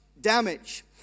damage